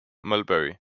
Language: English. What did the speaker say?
mulberry